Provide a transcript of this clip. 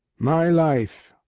my life,